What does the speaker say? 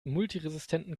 multiresistenten